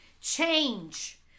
change